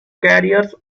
careers